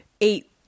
eight